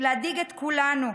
את כולנו.